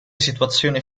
situazione